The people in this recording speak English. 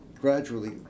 gradually